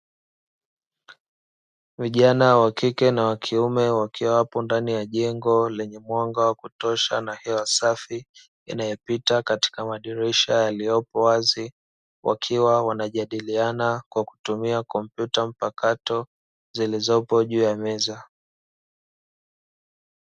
Vijana wa kike na wa kiume wakiwa hapo ndani ya jengo lenye mwanga wa kutosha na hewa safi inayopita katika madirisha yaliyopo wazi wakiwa wanajadiliana kwa kutumia kompyuta mpakato zilizopo juu ya meza.